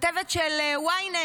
כתבת של ynet.